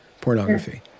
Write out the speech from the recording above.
pornography